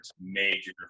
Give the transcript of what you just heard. major